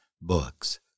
books